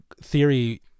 theory